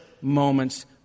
moments